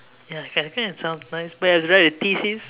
ya okay I think I sound nice but it was really like a thesis